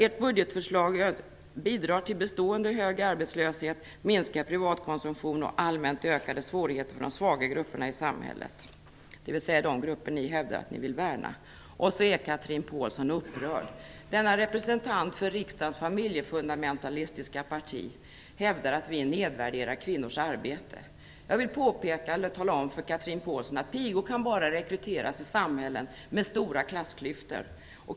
Ert budgetförslag bidrar till bestående hög arbetslöshet, minskad privat konsumtion och allmänt ökade svårigheter för de svaga grupperna i samhället, dvs. de grupper ni hävdar att ni vill värna. Och så är Chatrine Pålsson upprörd! Denna representant för riksdagens familjefundamentalistiska parti hävdar att vi nedvärderar kvinnors arbete. Jag vill tala om för Chatrine Pålsson att pigor bara kan rekryteras i samhällen med stora klassklyftor.